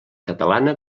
catalana